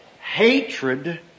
hatred